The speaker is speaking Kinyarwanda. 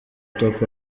top